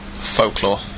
folklore